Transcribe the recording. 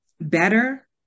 better